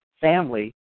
family